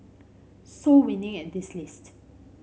so winning at this list